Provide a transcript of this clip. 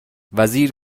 وزیر